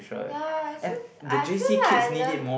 ya I also I feel like I learn